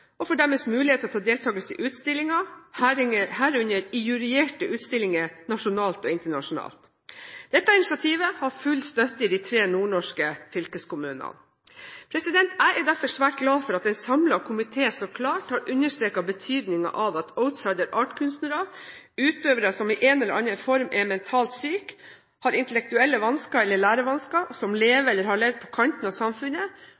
og for deres muligheter til deltakelse i utstillinger, herunder i juryerte utstillinger nasjonalt og internasjonalt. Dette initiativet har full støtte i de tre nordnorske fylkeskommunene. Jeg er derfor svært glad for at en samlet komité så klart har understreket betydningen av at Outsider Art-kunstnere – utøvere som i en eller annen form er mentalt syke, har intellektuelle vansker eller lærevansker, og som lever eller har levd på kanten av samfunnet